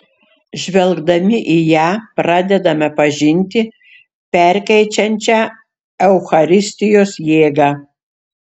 žvelgdami į ją pradedame pažinti perkeičiančią eucharistijos jėgą